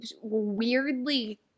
weirdly